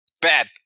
Bad